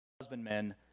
husbandmen